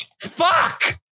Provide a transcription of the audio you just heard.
fuck